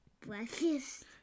breakfast